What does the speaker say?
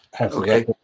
Okay